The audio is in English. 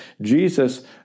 Jesus